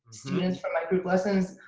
students from my group lessons.